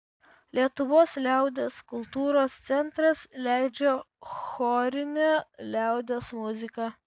lietuvos liaudies kultūros centras leidžia chorinę liaudies muziką